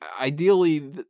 Ideally